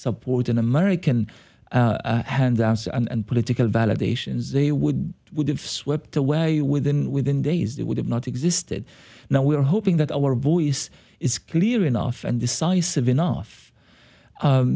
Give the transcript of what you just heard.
support an american hand and political validations they would would have swept away within within days they would have not existed now we are hoping that our voice is clear enough and decisive enough